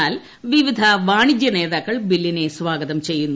എന്നാൽ വിവിധ വാണിജ്യനേതാക്കൾ ബില്ലിനെ സ്വാഗതം ചെയ്യുന്നു